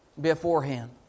beforehand